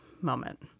moment